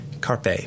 carpe